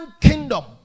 kingdom